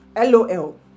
LOL